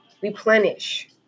replenish